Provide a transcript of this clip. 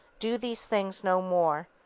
do these things no more.